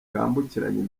bwambukiranya